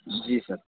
جی سر